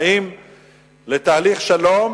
האם לתהליך שלום,